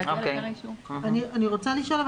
אני רוצה לשאול,